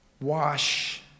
wash